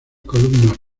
columnas